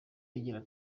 igira